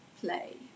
Play